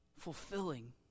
fulfilling